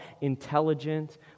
intelligent